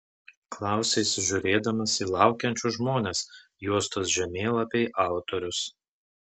klausia įsižiūrėdamas į laukiančius žmones juostos žemėlapiai autorius